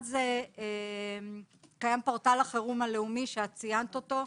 קיים פורטל החירום הלאומי, שאת ציינת אותו.